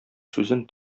сүзен